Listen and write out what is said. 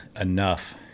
enough